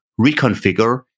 reconfigure